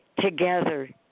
Together